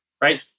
right